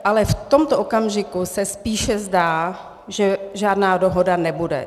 Ale v tomto okamžiku se spíše zdá, že žádná dohoda nebude.